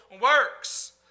works